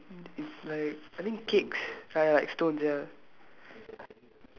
um I don't know is is like I think cakes uh like stones ya